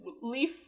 leaf